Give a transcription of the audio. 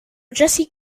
jesse